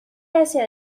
hacia